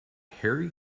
harry